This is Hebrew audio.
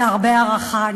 בהרבה הערכה.